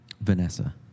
Vanessa